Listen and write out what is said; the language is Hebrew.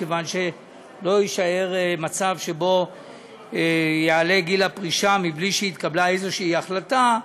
כדי שלא יישאר מצב שבו יעלה גיל הפרישה בלי שהתקבלה איזושהי החלטה.